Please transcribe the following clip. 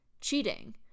cheating